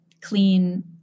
clean